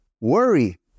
Worry